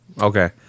Okay